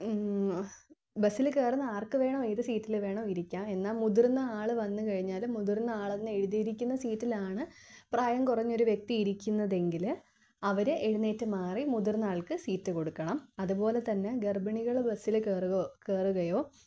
ബസ്സിൽ കയറുന്ന ആർക്ക് വേണോ ഏത് സീറ്റിൽ വേണോ ഇരിക്കാം എന്നാൽ മുതിർന്ന ആൾ വന്നു കഴിഞ്ഞാൽ മുതിർന്ന ആളെന്ന് എഴുതിയിരിക്കുന്ന സീറ്റിലാണ് പ്രായം കുറഞ്ഞൊരു വ്യക്തി ഇരിക്കുന്നതെങ്കിൽ അവർ എഴുന്നേറ്റ് മാറി മുതിർന്ന ആൾക്ക് സീറ്റ് കൊടുക്കണം അതുപോലെതന്നെ ഗർഭിണികൾ ബസ്സില് കയറുകയോ